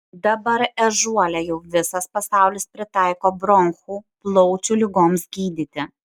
dabar ežiuolę jau visas pasaulis pritaiko bronchų plaučių ligoms gydyti